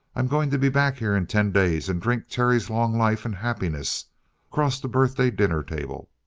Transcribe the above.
i'm going to be back here in ten days and drink terry's long life and happiness across the birthday dinner table.